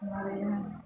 ہمارے یہاں